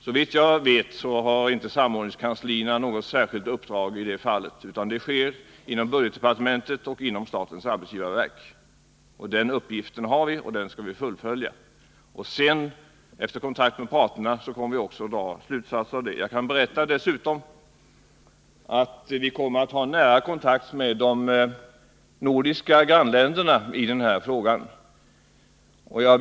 Såvitt jag vet har inte samordningskanslierna något särskilt uppdrag att göra en sådan utvärdering, utan det arbetet sker inom budgetdepartementet och inom statens arbetsgivarverk. Den uppgiften har vi, och den skall vi fullfölja. Efter kontakt med parterna kommer vi sedan också att dra slutsatser av resultatet av den utvärderingen. Jag kan också berätta att vi kommer att ha nära kontakt med de nordiska grannländerna när det gäller den här frågan.